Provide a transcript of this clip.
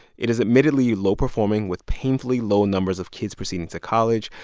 it is admittedly low-performing, with painfully low numbers of kids proceeding to college.